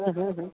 हँ हँ हँ हँ